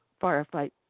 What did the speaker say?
firefight